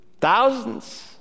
thousands